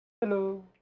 Hello